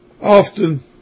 often